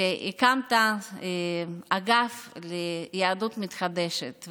שהקמת אגף ליהדות מתחדשת.